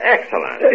Excellent